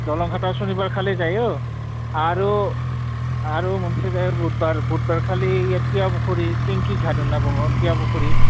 दलंघाटआव सनिबारखालि जायो आरो मोनसे जायो बुधबारखालि ऐ तियापुखुरि टेंकिघाट होनना बुङो तियापुखुरि